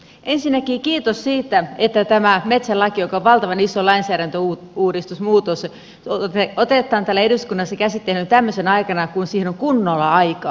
ensinnäkin kiitos siitä että tämä metsälaki joka on valtavan iso lainsäädäntöuudistusmuutos otetaan täällä eduskunnassa käsittelyyn tämmöisenä aikana kun siihen on kunnolla aikaa